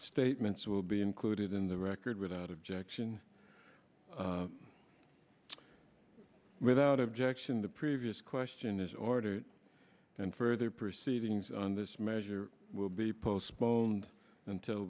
statements will be included in the record without objection without objection the previous question is ordered and further proceedings on this measure will be postponed until